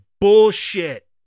bullshit